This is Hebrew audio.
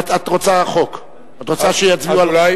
את רוצה חוק, את רוצה שיצביעו על, כן.